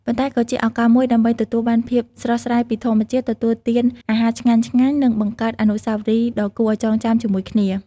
ប៉ុន្តែក៏ជាឱកាសមួយដើម្បីទទួលបានភាពស្រស់ស្រាយពីធម្មជាតិ ទទួលទានអាហារឆ្ងាញ់ៗ និងបង្កើតអនុស្សាវរីយ៍ដ៏គួរឲ្យចងចាំជាមួយគ្នា។